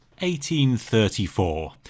1834